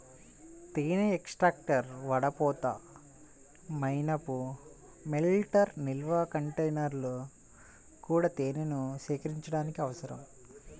తేనె ఎక్స్ట్రాక్టర్, వడపోత, మైనపు మెల్టర్, నిల్వ కంటైనర్లు కూడా తేనెను సేకరించడానికి అవసరం